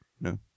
No